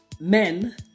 men